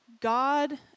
God